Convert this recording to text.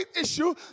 issue